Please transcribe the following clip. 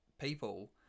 people